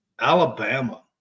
Alabama